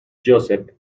joseph